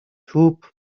توپ